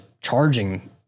charging